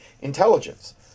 intelligence